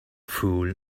fool